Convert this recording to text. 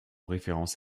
référence